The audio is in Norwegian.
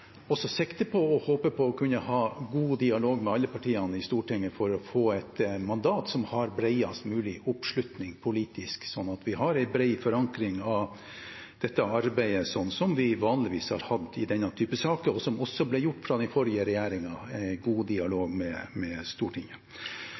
også sikte på, og håper på, å kunne ha god dialog med alle partiene i Stortinget for å få et mandat som har bredest mulig oppslutning politisk, slik at vi har en bred forankring av dette arbeidet, slik vi vanligvis har hatt i denne typen saker. Dette ble også gjort av den forrige regjeringen i god